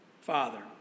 Father